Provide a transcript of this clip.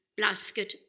Blasket